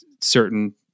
certain